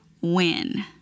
win